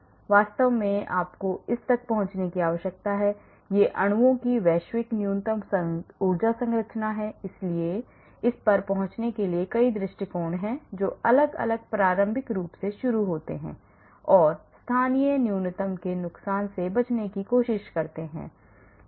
लेकिन वास्तव में आपको इस तक पहुंचने की आवश्यकता है यह अणुओं की वैश्विक न्यूनतम ऊर्जा संरचना है इसलिए इस पर पहुंचने के लिए कई दृष्टिकोण हैं जो अलग अलग प्रारंभिक रूप से शुरू होते हैं और स्थानीय न्यूनतम के नुकसान से बचने की कोशिश करते हैं